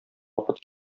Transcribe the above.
вакыт